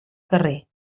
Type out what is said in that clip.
carrer